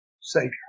Savior